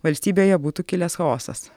valstybėje būtų kilęs chaosas